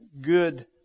good